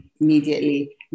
Immediately